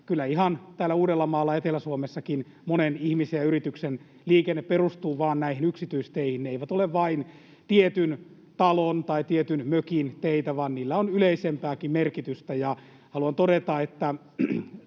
kyllä ihan täällä Uudellamaalla Etelä-Suomessakin monen ihmisen ja yrityksen liikenne perustuu vain näihin yksityisteihin. Ne eivät ole vain tietyn talon tai tietyn mökin teitä, vaan niillä on yleisempääkin merkitystä, ja haluan todeta, että